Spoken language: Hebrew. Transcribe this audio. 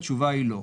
התשובה היא לא.